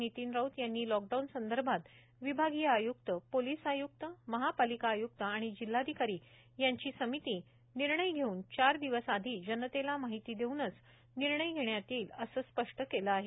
नितीन राऊत यांनी लॉकडाऊन संदर्भात विभागीय आयुक्त पोलीस आयुक्त महापालिका आयुक्त आणि जिल्हाधिकारी याची समिती निर्णय घेऊन चार दिवस आधी जनतेला माहिती देऊनच निर्णय घेण्यात येईल असे स्पष्ट केले आहे